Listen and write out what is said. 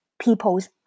people's